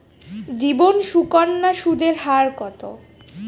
জীবন সুকন্যা সুদের হার কত?